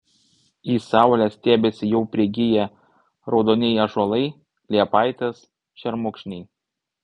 į saulę stiebiasi jau prigiję raudonieji ąžuolai liepaitės šermukšniai